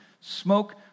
Smoke